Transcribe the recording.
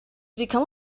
become